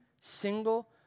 single